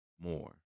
more